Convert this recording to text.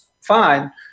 fine